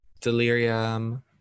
Delirium